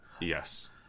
Yes